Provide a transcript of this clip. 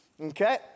Okay